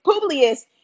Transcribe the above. Publius